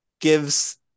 gives